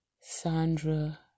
Sandra